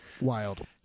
Wild